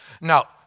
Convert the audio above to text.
Now